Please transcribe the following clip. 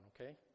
Okay